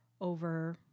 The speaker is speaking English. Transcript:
over